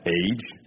age